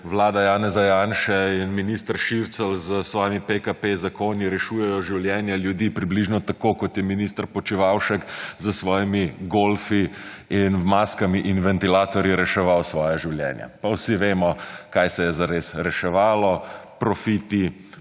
vlada Janeza Janše in minister Šircelj s svojimi PKP zakoni rešujejo življenje ljudi približno tako kot je minister Počivalšek s svojimi golfi in maskami in ventilatorji reševal svoja življenja. Pa vsi vemo, kaj se je zares reševalo – profiti,